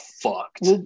fucked